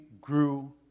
grew